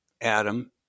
Adam